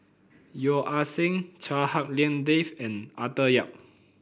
Yeo Ah Seng Chua Hak Lien Dave and Arthur Yap